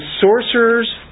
sorcerers